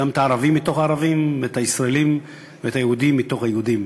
את הערבים מתוך הערבים ואת היהודים מתוך היהודים.